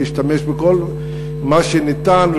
להשתמש בכל מה שניתן,